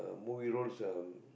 movie rolls um